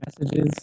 messages